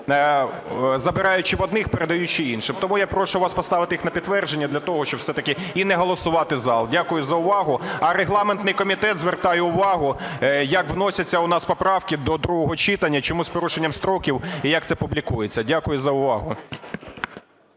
забираючи в одних, передаючи іншим. Тому я прошу вас поставити їх на підтвердження для того, щоб все-таки… і не голосувати, зал. Дякую за увагу. А регламентний комітет, звертаю увагу, як вносяться у нас поправки до другого читання, чому з порушенням строків і як це публікується? Дякую за увагу.